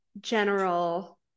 general